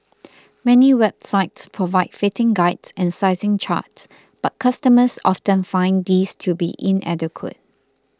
many websites provide fitting guides and sizing charts but customers often find these to be inadequate